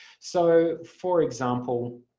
so for example